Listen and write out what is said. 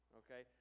okay